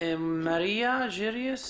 מריה ג'יריס